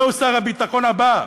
זהו שר הביטחון הבא,